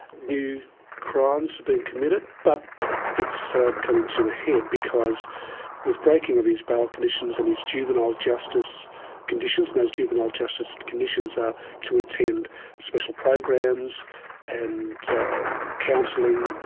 new crimes have been committed, but it's ah coming to a head, because with breaking of his bail conditions and his juvenile justice conditions, most juvenile justice conditions are to attend special programs and counselling,